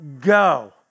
Go